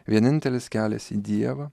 vienintelis kelias į dievą